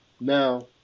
Now